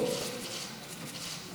למושחתים.